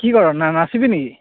কি কৰ না নাচিবি নেকি